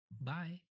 Bye